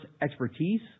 expertise